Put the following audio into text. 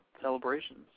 celebrations